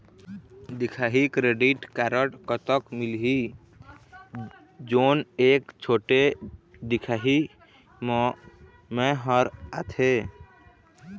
दिखाही credit card कतक मिलही जोन एक छोटे दिखाही म मैं हर आथे?